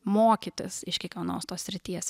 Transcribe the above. mokytis iš kiekvienos tos srities